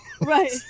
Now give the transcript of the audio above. right